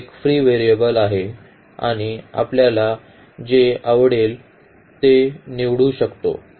हा एक free variable आहे आणि आपल्याला जे आवडेल ते निवडू शकतो